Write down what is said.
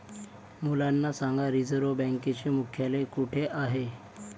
मुलांना सांगा रिझर्व्ह बँकेचे मुख्यालय कुठे आहे